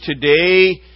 today